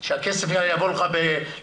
הישיבה ננעלה בשעה